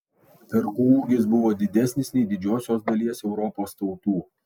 vergų ūgis buvo didesnis nei didžiosios dalies europos tautų